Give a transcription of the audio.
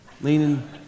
Leaning